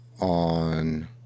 on